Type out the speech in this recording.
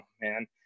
man